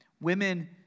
Women